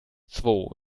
zwo